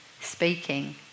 speaking